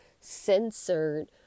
censored